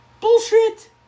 Bullshit